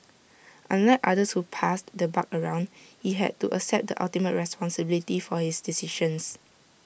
unlike others who passed the buck around he had to accept the ultimate responsibility for his decisions